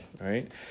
right